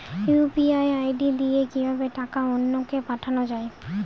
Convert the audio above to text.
UPI ID দিয়ে কিভাবে টাকা অন্য কে পাঠানো যায়?